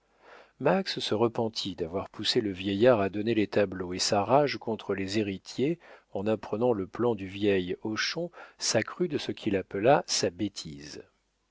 se repentit d'avoir poussé le vieillard à donner les tableaux et sa rage contre les héritiers en apprenant le plan du vieil hochon s'accrut de ce qu'il appela sa bêtise